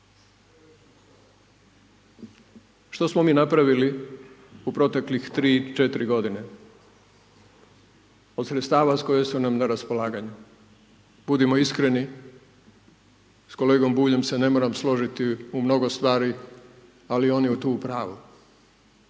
Što smo mi napravili u proteklih 3, 4 godine, od sredstava koje su nam na raspolaganju? Budimo iskreni, s kolegom Buljom se ne moram složiti u mnogo stvari, ali on je tu u pravu.